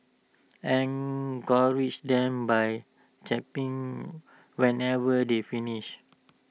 encourage them by clapping whenever they finish